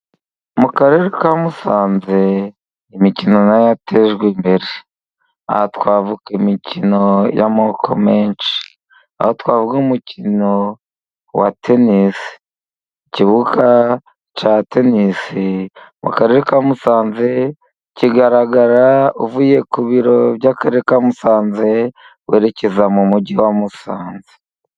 Mu karere ka Musanze imikino nayo yatejwe imbere, aha twavuga imikino y'amoko menshi aho twavuga umukino wa tenisi, ikibuga cya tenisi mu karere ka Musanze kigaragara uvuye ku biro by'akarere ka Musanze werekeza mu mujyi wa Musanze.